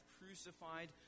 crucified